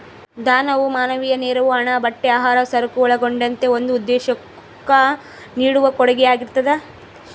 ದಾನವು ಮಾನವೀಯ ನೆರವು ಹಣ ಬಟ್ಟೆ ಆಹಾರ ಸರಕು ಒಳಗೊಂಡಂತೆ ಒಂದು ಉದ್ದೇಶುಕ್ಕ ನೀಡುವ ಕೊಡುಗೆಯಾಗಿರ್ತದ